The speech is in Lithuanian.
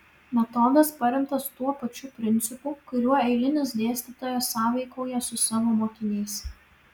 metodas paremtas tuo pačiu principu kuriuo eilinis dėstytojas sąveikauja su savo mokiniais